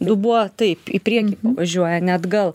dubuo taip į priekį pavažiuoja ne atgal